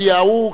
כי ההוא,